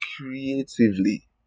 creatively